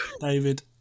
David